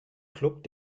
club